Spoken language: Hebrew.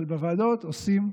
אבל בוועדות עושים,